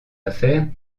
affaires